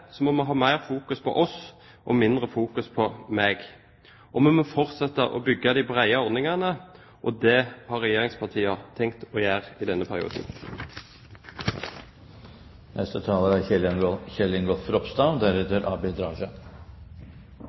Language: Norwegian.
må vi fokusere mer på oss og mindre på meg. Vi må fortsette å bygge de brede ordningene, og det har regjeringspartiene tenkt å gjøre i denne perioden. I debatten er